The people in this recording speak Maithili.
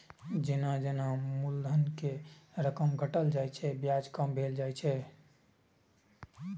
जेना जेना मूलधन के रकम घटल जाइ छै, ब्याज कम भेल जाइ छै